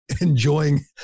enjoying